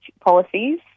policies